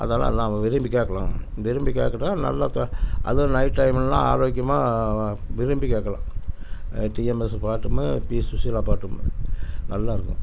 அதெலாம் நான் விரும்பி கேட்கலாம் விரும்பி கேட்கலாம்னா நல்லா த அதுவும் நைட் டைம்லலாம் ஆரோக்கியமாக விரும்பி கேட்கலாம் டிஎம்எஸ் பாட்டும் பி சுசிலா பாட்டும் நல்லா இருக்கும்